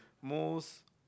most